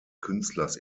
künstlers